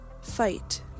Fight